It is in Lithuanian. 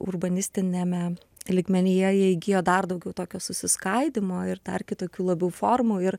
urbanistiniame lygmenyje jie įgijo dar daugiau tokio susiskaidymo ir dar kitokių labiau formų ir